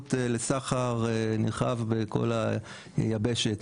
אפשרות לסחר נרחב בכל היבשת.